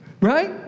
right